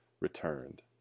returned